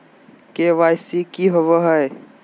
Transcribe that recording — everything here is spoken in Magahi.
के.वाई.सी की हॉबे हय?